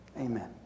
amen